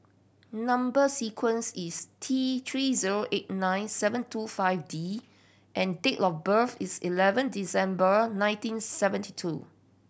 number sequence is T Three zero eight nine seven two five D and date of birth is eleven December nineteen seventy two